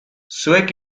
zuek